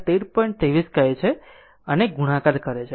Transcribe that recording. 23 કહે છે અને ગુણાકાર કરે છે